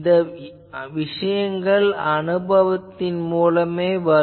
இந்த விஷயங்கள் அனுபவத்தின் மூலமே வரும்